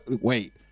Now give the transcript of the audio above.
wait